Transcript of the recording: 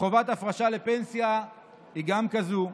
חובת הפרשה לפנסיה גם היא כזאת,